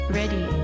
ready